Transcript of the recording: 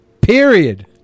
Period